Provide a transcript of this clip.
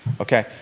Okay